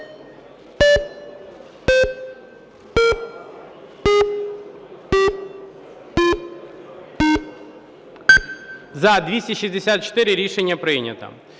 За-268 Рішення прийнято.